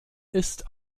ist